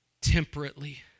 temperately